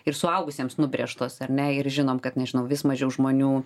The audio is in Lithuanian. ir suaugusiems nubrėžtos ar ne ir žinom kad nežinau vis mažiau žmonių